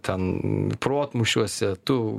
ten protmūšiuose tu